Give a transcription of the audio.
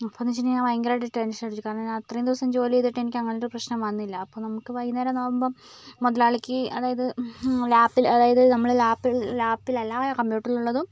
അപ്പൊന്ന് വെച്ചിട്ടുണ്ടെങ്കിൽ ഞാൻ ഭയങ്കരായിട്ട് ടെൻഷൻ അടിച്ചു കാരണം അത്രേം ദിവസം ജോലിചെയ്തിട്ട് എനിക്ക് അങ്ങനൊരു പ്രശ്നം വന്നില്ല അപ്പോൾ നമുക്ക് വൈകുന്നേരം ആകുമ്പോൾ മുതലാളിക്ക് അതായത് ലാപ്പിൽ അതായത് നമ്മൾ ലാപ്പിൽ ലാപ്പിൽ അല്ല കമ്പ്യൂട്ടറിലുള്ളതും